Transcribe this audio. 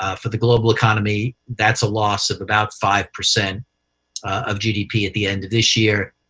ah for the global economy, that's a loss of about five percent of gdp at the end of this year.